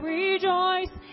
rejoice